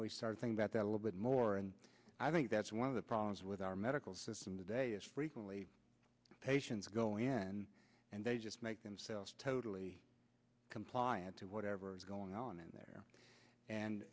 we started doing that that little bit more and i think that's one of the problems with our medical system today is frequently patients go in and they just make themselves totally compliant to whatever is going on in there and